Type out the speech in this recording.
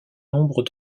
nombre